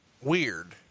weird